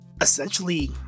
essentially